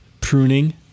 pruning